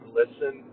listen